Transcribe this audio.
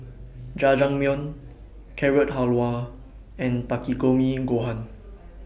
Jajangmyeon Carrot Halwa and Takikomi Gohan